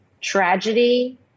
tragedy